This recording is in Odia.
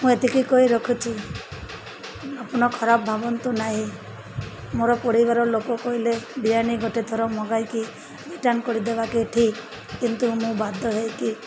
ମୁଁ ଏତିକି କହି ରଖୁଛି ଆପଣ ଖରାପ ଭାବନ୍ତୁ ନାହିଁ ମୋର ପରିବାର ଲୋକ କହିଲେ ବିରିୟାନୀ ଗୋଟେ ଥର ମଗାଇକି ରିଟର୍ଣ୍ଣ କରିଦେବାଟା ଠିକ୍ କିନ୍ତୁ ମୁଁ ବାଧ୍ୟ ହୋଇକି